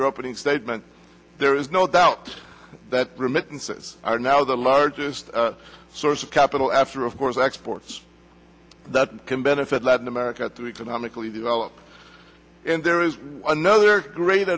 your opening statement there is no doubt that remittances are now the largest source of capital after of course exports that can benefit latin america to economically develop and there is another great